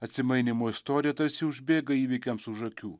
atsimainymo istorija tarsi užbėga įvykiams už akių